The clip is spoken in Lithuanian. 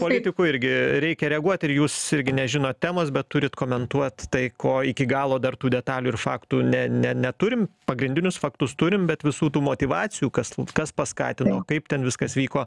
politikui irgi reikia reaguot ir jūs irgi nežinot temos bet turit komentuot tai ko iki galo dar tų detalių ir faktų ne ne neturim pagrindinius faktus turim bet visų tų motyvacijų kas kas paskatino kaip ten viskas vyko